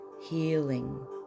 healing